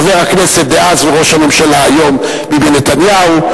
חבר הכנסת דאז וראש הממשלה היום ביבי נתניהו,